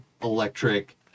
electric